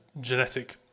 genetic